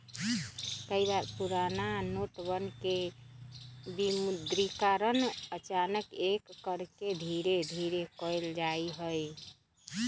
कई बार पुराना नोटवन के विमुद्रीकरण अचानक न करके धीरे धीरे कइल जाहई